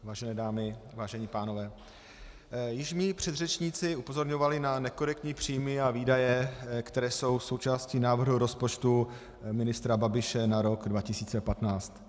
Vážené dámy, vážení pánové, již mí předřečníci upozorňovali na nekorektní příjmy a výdaje, které jsou součástí návrhu rozpočtu ministra Babiše na rok 2015.